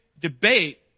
debate